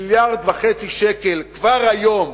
1.5 מיליארד שקל כבר היום